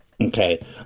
Okay